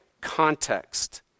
context